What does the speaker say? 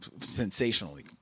sensationally